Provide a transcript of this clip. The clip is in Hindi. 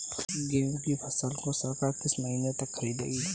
गेहूँ की फसल को सरकार किस महीने तक खरीदेगी?